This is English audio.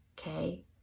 Okay